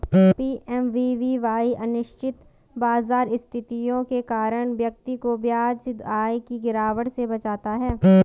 PMVVY अनिश्चित बाजार स्थितियों के कारण व्यक्ति को ब्याज आय की गिरावट से बचाता है